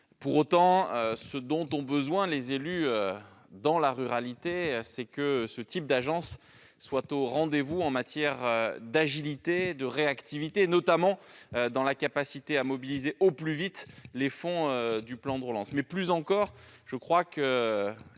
Pour autant, ce dont ont besoin les élus de la ruralité, c'est que ce type d'agence soit au rendez-vous en matière d'agilité et de réactivité, notamment dans leur capacité à mobiliser au plus vite les fonds du plan de relance.